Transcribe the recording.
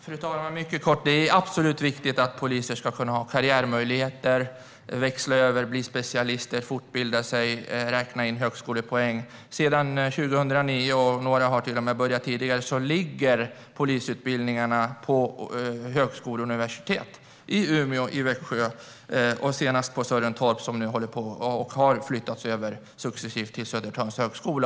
Fru talman! Jag ger ett kort svar: Det är absolut viktigt att poliser ska ha karriärmöjligheter, växla över och bli specialister, fortbilda sig och räkna in högskolepoäng. Sedan 2009 - några började till och med tidigare - ligger polisutbildningarna på högskolor och universitet i Umeå och Växjö. Och nyligen tillkom Sörentorp som successivt håller på att flyttas över till Södertörns högskola.